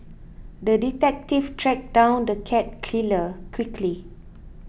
the detective tracked down the cat killer quickly